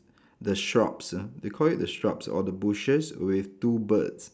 the shrubs ah they call it the shrubs or the bushes with two birds